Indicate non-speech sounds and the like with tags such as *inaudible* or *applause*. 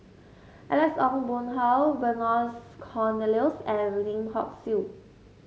Alex Ong Boon Hau *unintelligible* Cornelius and Lim Hock Siew